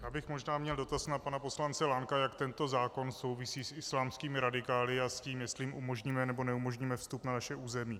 Já bych možná měl dotaz na pana poslance Lanka, jak tento zákon souvisí s islámskými radikály a s tím, jestli jim umožníme, nebo neumožníme vstup na naše území.